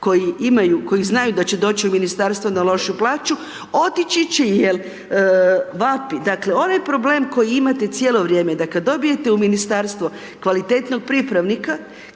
koji znaju da će doći u ministarstvo na lošiju plaću otići će jel vapi. Dakle, ovaj problem koji imate cijelo vrijeme da kad dobijete u ministarstvo kvalitetnog pripravnika,